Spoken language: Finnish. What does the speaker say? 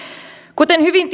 kuten hyvin